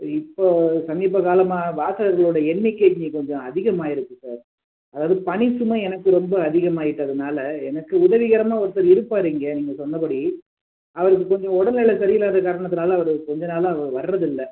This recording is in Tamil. இப்போ சமீபகாலமாக வாசகர்களோடைய எண்ணிக்கை இன்றைக்கி கொஞ்சம் அதிகமாயிருக்குது சார் அதாவது பணிச்சுமை எனக்கு ரொம்ப அதிகமாகிட்டதுனால எனக்கு உதவிகரமாக ஒருத்தர் இருப்பார் இங்கே நீங்கள் சொன்னபடி அவருக்கு கொஞ்சம் உடல்நிலை சரியில்லாத காரணத்துனால் அவர் கொஞ்சம் நாளாக அவர் வர்றது இல்லை